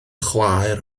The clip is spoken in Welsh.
chwaer